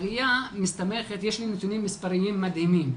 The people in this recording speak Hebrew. יש לי נתונים מספריים מדהימים.